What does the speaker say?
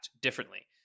differently